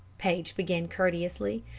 paige began courteously,